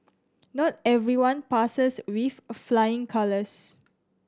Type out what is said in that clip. not everyone passes with flying colours